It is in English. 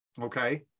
Okay